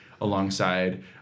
alongside